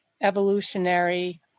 evolutionary